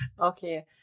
Okay